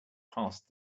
past